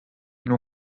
ilma